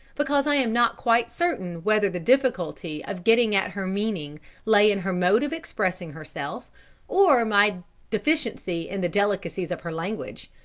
because i am not quite certain whether the difficulty of getting at her meaning lay in her mode of expressing herself or my deficiency in the delicacies of her language.